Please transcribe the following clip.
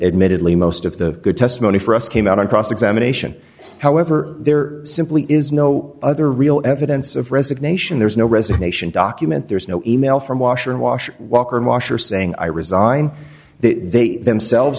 admittedly most of the good testimony for us came out on cross examination however there simply is no other real evidence of resignation there's no resignation document there's no email from washer and washed walker and washer saying i resign they themselves